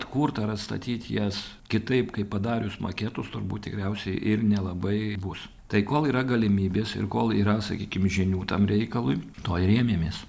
kurt ar atstatyt jas kitaip kaip padarius maketus turbūt tikriausiai ir nelabai bus tai kol yra galimybės ir kol yra sakykim žinių tam reikalui to ir ėmėmės